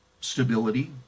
stability